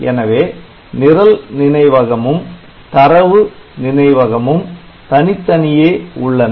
எனவே நிரல் நினைவகமும் தரவு நினைவகமும் தனித்தனியே உள்ளன